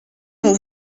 mon